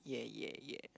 yeah yeah yeah